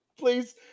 Please